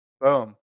Boom